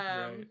Right